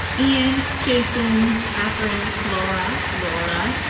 ian, jason, katherine, laura, laura,